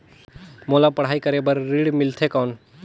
मोला पढ़ाई करे बर ऋण मिलथे कौन?